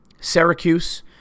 Syracuse